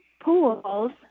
pools